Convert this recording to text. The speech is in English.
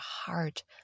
heart